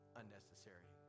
unnecessary